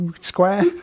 square